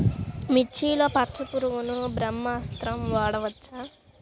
మిర్చిలో పచ్చ పురుగునకు బ్రహ్మాస్త్రం వాడవచ్చా?